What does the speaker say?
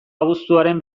abuztuaren